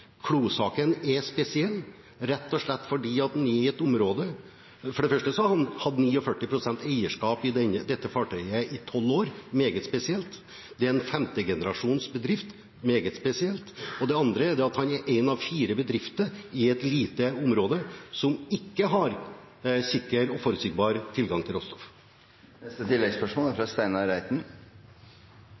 er spesiell. For det første hadde man 49 pst. eierskap i dette fartøyet i tolv år – meget spesielt. Det er en femte generasjons-bedrift – meget spesielt. For det andre er den én av fire bedrifter i et lite område som ikke har sikker og forutsigbar tilgang til råstoff.